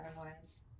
otherwise